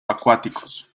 acuáticos